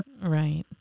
Right